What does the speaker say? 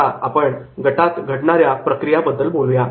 आता आपण गटात घडणाऱ्या प्रक्रिया बद्दल बोलूया